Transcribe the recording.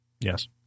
Yes